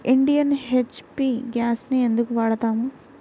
Indian, HP గ్యాస్లనే ఎందుకు వాడతాము?